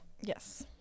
Yes